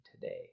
today